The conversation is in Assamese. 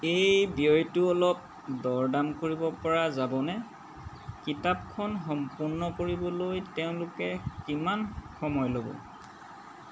এই ব্যয়টো অলপ দৰ দাম কৰিব পৰা যাবনে কিতাপখন সম্পূৰ্ণ কৰিবলৈ তেওঁলোকে কিমান সময় ল'ব